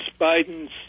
biden's